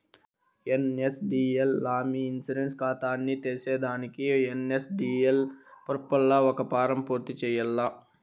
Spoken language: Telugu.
ఎన్.ఎస్.డి.ఎల్ లా మీ ఇన్సూరెన్స్ కాతాని తెర్సేదానికి ఎన్.ఎస్.డి.ఎల్ పోర్పల్ల ఒక ఫారం పూర్తి చేయాల్ల